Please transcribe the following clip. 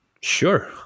sure